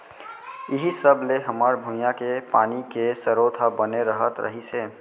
इहीं सब ले हमर भुंइया के पानी के सरोत ह बने रहत रहिस हे